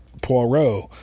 Poirot